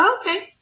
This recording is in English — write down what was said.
Okay